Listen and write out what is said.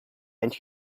and